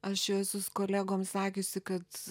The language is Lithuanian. aš jau esu kolegom sakiusi kad